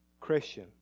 Christian